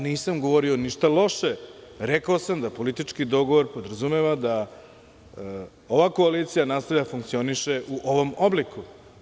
Nisam govorio ništa loše, rekao sam da politički dogovor podrazumeva da ova koalicija nastavlja da funkcioniše u ovom obliku.